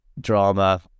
drama